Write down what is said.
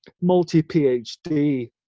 multi-phd